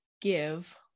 give